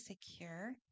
secure